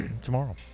Tomorrow